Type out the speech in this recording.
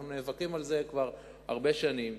אנחנו נאבקים על זה כבר הרבה שנים,